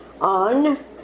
on